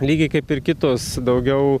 lygiai kaip ir kitos daugiau